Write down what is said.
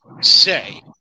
say